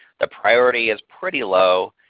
the priority is pretty low.